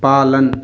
पालन